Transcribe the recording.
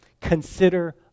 consider